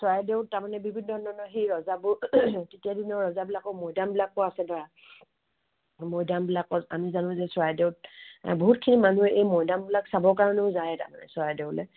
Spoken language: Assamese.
চৰাইদেউত তাৰমানে বিভিন্ন ধৰণৰ সেই ৰজাবোৰ তেতিয়াৰ দিনৰ ৰজাবিলাকৰ মৈদামবিলাকো আছে ধৰা মৈদামবিলাকত আমি জানো যে চৰাইদেউত বহুতখিনি মানুহে এই মৈদামবিলাক চাবৰ কাৰণেও যায় তাৰমানে চৰাইদেউলৈ